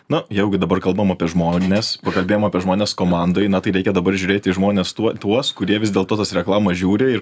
na jau gi dabar kalbam apie žmones pakalbėjom apie žmones komandoj na tai reikia dabar žiūrėti į žmones tuo tuos kurie vis dėl to tas reklamas žiūri ir